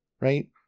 right